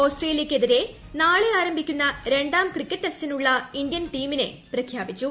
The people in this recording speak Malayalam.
ഓസ്ട്രേലിയക്കെതിരെ നാളെ ആരംഭിക്കുന്ന രണ്ടാം ക്രിക്കറ്റ് ടെസ്റ്റിനുള്ള ഇന്ത്യൻ ടീമിനെ പ്രഖ്യാപിച്ചു